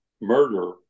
murder